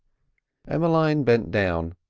emmeline bent down,